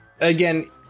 again